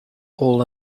all